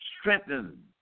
strengthen